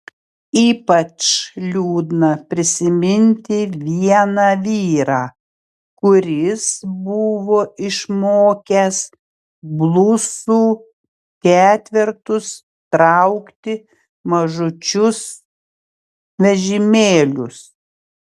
ypač liūdna prisiminti vieną vyrą kuris buvo išmokęs blusų ketvertus traukti mažučius vežimėlius